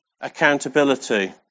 Accountability